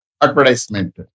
advertisement